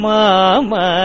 Mama